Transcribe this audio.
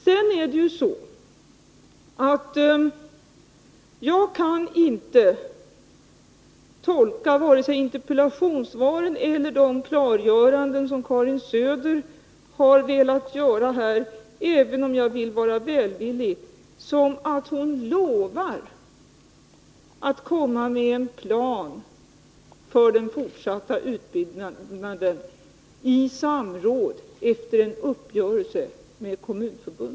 Jag kan inte, även om jag vill vara välvillig, tolka vare sig interpellationssvaret eller Karin Söders klargöranden här som att hon lovar att lägga fram en plan för den fortsatta utbyggnaden i samråd med kommunförbunden och efter en uppgörelse med dem.